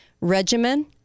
regimen